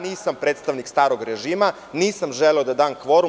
Nisam predstavnik starog režima, nisam želeo da dam kvorum.